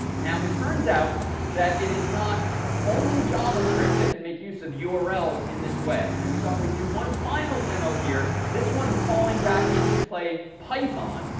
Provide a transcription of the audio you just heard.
now, it turns out that it is not only javascript that can make use of urls in this way. and we thought we'd do one final demo here, this one calling back into play python,